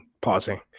pausing